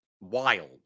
wild